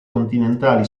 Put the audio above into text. continentali